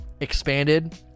expanded